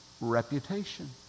reputation